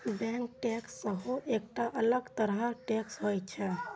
bank tax सेहो एकटा अलग तरह टैक्स होइ छै